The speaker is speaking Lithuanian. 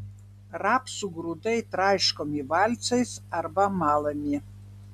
rapsų grūdai traiškomi valcais arba malami